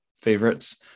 favorites